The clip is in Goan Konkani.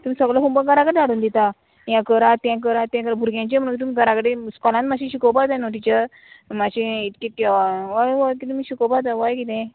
तुमी सगलो होमवक घरा कडेन हाडून दिता हें करा तें करा तें करा भुरग्यांचें म्हण तुमी घरा कडेन इस्कॉलान मातशें शिकोवपा जाय न्हू टिचर मातशें इतकें हय हय वय तुमी शिकोवपा जाय वोय किदें